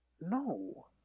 no